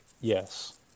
yes